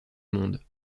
monde